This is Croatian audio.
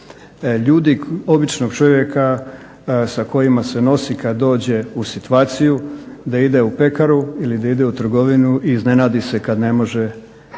Ljudi, obični čovjek sa kojima se nosi kada dođe u situaciju da ide u pekaru ili da ide u trgovinu i iznenadi se kada ne može